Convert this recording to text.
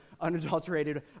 unadulterated